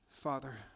Father